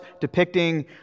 depicting